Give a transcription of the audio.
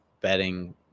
betting